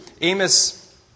Amos